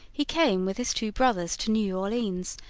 he came with his two brothers to new orleans,